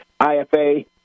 IFA